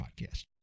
podcast